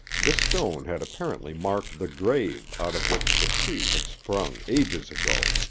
this stone had apparently marked the grave out of which the tree had sprung ages ago.